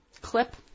clip